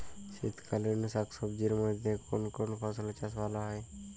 শীতকালীন শাকসবজির মধ্যে কোন কোন ফসলের চাষ ভালো হয়?